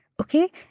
Okay